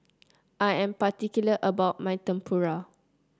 I am particular about my Tempura